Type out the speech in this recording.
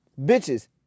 Bitches